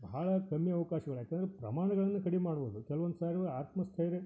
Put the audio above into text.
ಬಹಳ ಕಮ್ಮಿ ಅವ್ಕಾಶಗಳು ಯಾಕಂದ್ರೆ ಪ್ರಮಾಣಗಳನ್ನು ಕಡಿಮೆ ಮಾಡ್ಬೋದು ಕೆಲ್ವೊಂದು ಸಾರಿ ಆತ್ಮಸ್ಥೈರ್ಯ